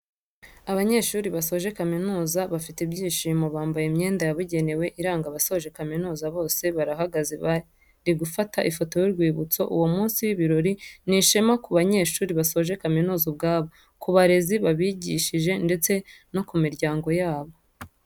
Abanyeshuri basoje kaminuza bafite ibyishimo, bambaye imyenda yabugenewe iranga abasoje kaminuza, bose barahagaze bari gufata ifoto y'urwibutso, uwo munsi w'ibirori ni ishema ku banyeshuri basoje kaminuza ubwabo, ku barezi babigishije ndetse no ku miryango yabo.